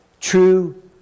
true